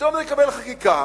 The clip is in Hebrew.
ופתאום נקבל חקיקה